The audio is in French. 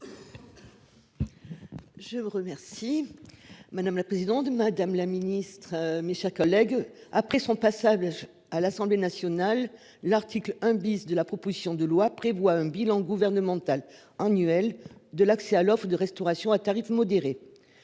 Je vous remercie madame la présidente de madame la ministre, mes chers collègues, après son passable. À l'Assemblée nationale. L'article 1 bis de la proposition de loi prévoit un bilan gouvernemental annuel de l'accès à l'offre de restauration à tarifs modérés.